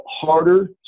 harder